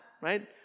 right